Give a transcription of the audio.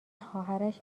خواهرش